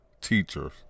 teachers